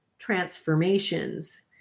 transformations